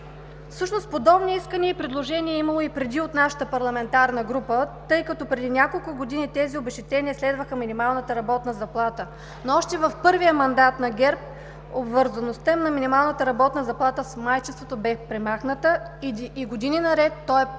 Всъщност подобни искания и предложения е имало и преди от нашата парламентарна група, тъй като преди няколко години тези обезщетения следваха минималната работна заплата, но още в първия мандат на ГЕРБ обвързаността на минималната работна заплата с майчинството бе премахната и години наред, то е било